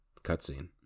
cutscene